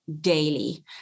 daily